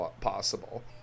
possible